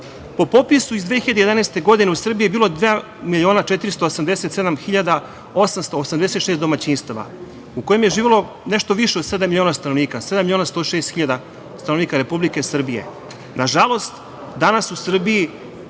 popisu iz 2011. godine, u Srbiji je bilo 2.487.886 domaćinstava u kojima je živelo nešto više od sedam miliona stanovnika, 7.106.000 stanovnika Republike Srbije. Nažalost, danas u Srbiji